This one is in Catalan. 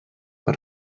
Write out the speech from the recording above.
per